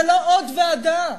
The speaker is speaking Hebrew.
זה לא עוד ועדה.